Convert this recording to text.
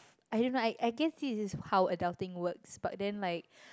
I don't know I I guess this is just how adulting works but then like